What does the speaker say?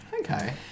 okay